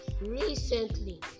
recently